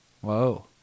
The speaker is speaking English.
Whoa